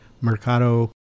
Mercado